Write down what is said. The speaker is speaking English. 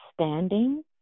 standing